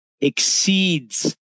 exceeds